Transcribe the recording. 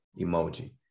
emoji